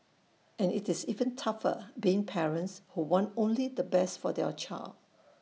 and it's even tougher being parents who want only the best for their child